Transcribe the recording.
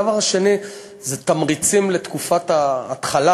הדבר השני זה תמריצים לתקופת ההתחלה,